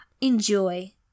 Enjoy